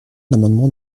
l’amendement